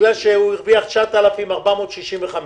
בגלל שהרוויח 9,465